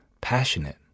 passionate